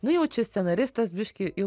nu jau čia scenaristas biškį